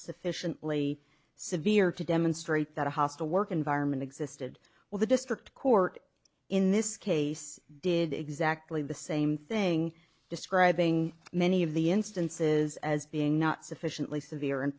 sufficiently severe to demonstrate that a hostile work environment existed well the district court in this case did exactly the same thing describing many of the instances as being not sufficiently severe and